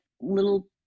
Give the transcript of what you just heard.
little